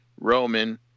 Roman